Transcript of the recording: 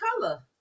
color